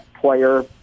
player